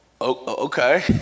Okay